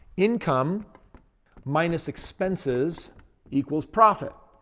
income minus expenses equals profit.